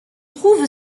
trouve